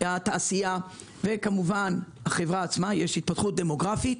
התעשייה ויש גם התפתחות דמוגרפית.